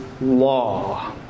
law